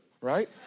right